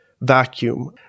Vacuum